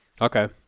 Okay